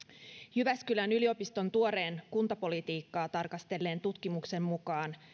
jyväskylän yliopiston tuoreen kuntapolitiikkaa tarkastelleen tutkimuksen mukaan